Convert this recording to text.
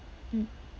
mm